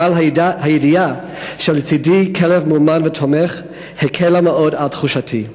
אבל הידיעה שלצדי כלב מאומן ותומך הקלה מאוד על תחושתי.